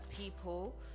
people